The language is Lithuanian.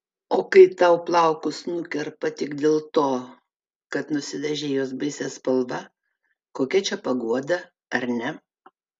o kai tau plaukus nukerpa tik dėl to kad nusidažei juos baisia spalva kokia čia paguoda ar ne